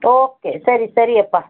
okay ಸರಿ ಸರಿಯಪ್ಪ